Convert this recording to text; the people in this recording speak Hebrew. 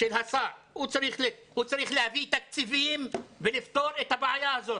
הוא צריך להביא תקציבים ולפתור את הבעיה הזאת.